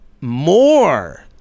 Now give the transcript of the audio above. more